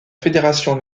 fédération